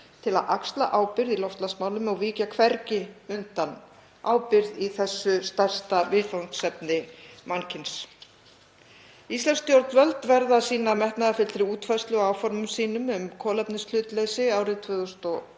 til að axla ábyrgð í loftslagsmálum og víkja hvergi undan ábyrgð í þessu stærsta viðfangsefni mannkyns. Íslensk stjórnvöld verða að sýna metnaðarfyllri útfærslu á áformum sínum um kolefnishlutleysi árið 2040